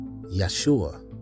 Yeshua